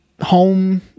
home